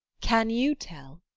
can you tell?